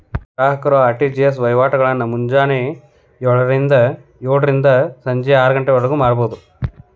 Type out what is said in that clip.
ಗ್ರಾಹಕರು ಆರ್.ಟಿ.ಜಿ.ಎಸ್ ವಹಿವಾಟಗಳನ್ನ ಮುಂಜಾನೆ ಯೋಳರಿಂದ ಸಂಜಿ ಆರಗಂಟಿವರ್ಗು ಮಾಡಬೋದು